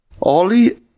Ollie